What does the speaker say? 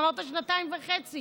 אמרת: שנתיים וחצי